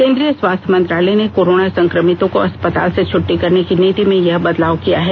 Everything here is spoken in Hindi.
केंद्रीय स्वास्थ्य मंत्रालय ने कोरोना संक्रमितों को अस्पताल से छट्टी करने की नीति में यह बदलाव किया है